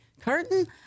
curtain